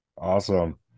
Awesome